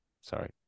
Sorry